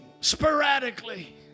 sporadically